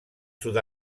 sud